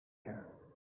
hair